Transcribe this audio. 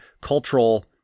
cultural